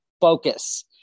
focus